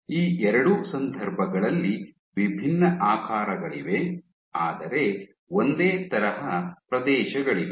ಈ ಎರಡೂ ಸಂದರ್ಭಗಳಲ್ಲಿ ವಿಭಿನ್ನ ಆಕಾರಗಳಿವೆ ಆದರೆ ಒಂದೇ ತರಹ ಪ್ರದೇಶಗಳಿವೆ